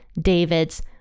david's